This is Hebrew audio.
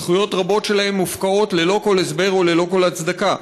זכויות רבות שלהם מופקעות ללא כל הסבר וללא כל הצדקה.